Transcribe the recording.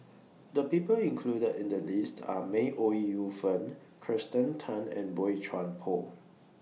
The People included in The list Are May Ooi Yu Fen Kirsten Tan and Boey Chuan Poh